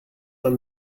man